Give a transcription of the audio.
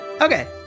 Okay